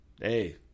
hey